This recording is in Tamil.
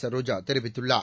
சரோஜா தெரிவித்துள்ளார்